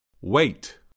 wait